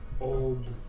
old